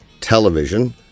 television